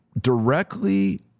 directly